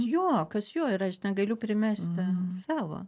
jo kas jo ir aš negaliu primesti savo